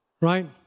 Right